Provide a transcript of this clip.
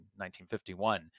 1951